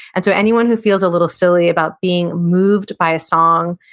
and so, anyone who feels a little silly about being moved by a song,